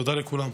תודה לכולם.